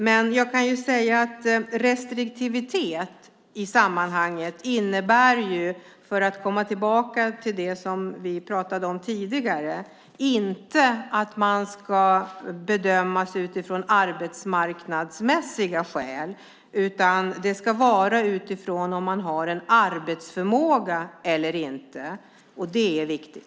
För att gå tillbaka till det som vi talade om tidigare innebär restriktivitet i detta sammanhang inte att man ska bedömas utifrån arbetsmarknadsmässiga skäl, utan det ska vara utifrån om man har en arbetsförmåga eller inte. Det är viktigt.